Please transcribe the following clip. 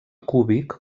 cúbic